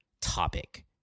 topic